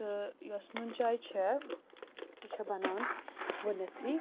تہٕ یۄس نُنٛہٕ چاے چھےٚ یہِ چھےٚ بنان گۄڈٕنٮ۪تھٕے